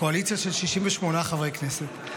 קואליציה של 68 חברי כנסת,